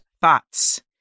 thoughts